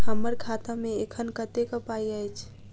हम्मर खाता मे एखन कतेक पाई अछि?